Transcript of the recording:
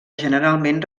generalment